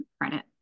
credit